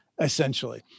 essentially